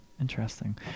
Interesting